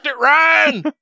Ryan